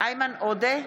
איימן עודה,